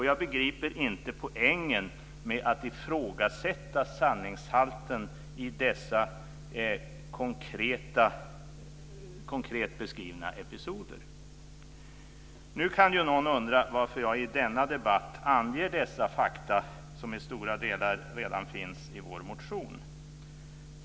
Jag begriper inte poängen med att ifrågasätta sanningshalten i dessa konkret beskrivna episoder. Nu kan ju någon undra varför jag i denna debatt anger dessa fakta som i stora delar redan finns i vår motion.